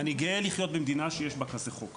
אני גאה לחיות במדינה שיש בה חוק כזה,